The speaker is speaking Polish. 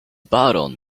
baron